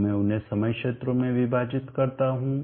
तो मैं उन्हें समय क्षेत्रों में विभाजित करता हूं